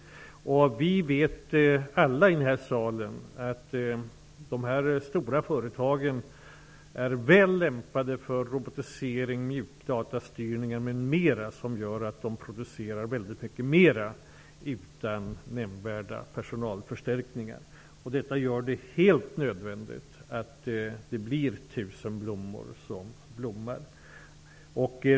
Vi vet alla i denna sal att dessa stora företag är väl lämpade för robotisering, mjukdatastyrning m.m. som gör att de producerar väldigt mycket mer utan nämnvärda personalförstärkningar. Det är därför helt nödvändigt att 1 000 blommor blommar.